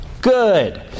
good